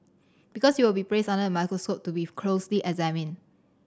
because you will be placed under the microscope to be closely examined